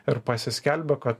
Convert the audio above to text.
ir pasiskelbia kad